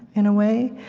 in a way.